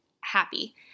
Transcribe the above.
happy